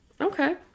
Okay